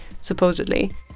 supposedly